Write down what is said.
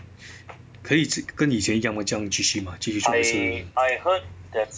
可以跟以前这样吗这样继续吗继续创新